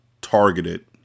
targeted